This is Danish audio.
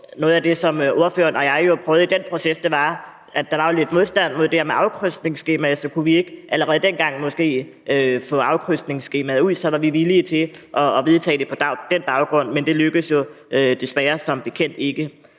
noget af det, som ordføreren og jeg jo prøvede at gøre noget ved i den proces, var det med, at der var lidt modstand mod det her med afkrydsningsskemaet. Så kunne vi måske ikke allerede dengang få afkrydsningsskemaet ud, var vi villige til at vedtage det på den baggrund, men det lykkedes jo som bekendt desværre ikke.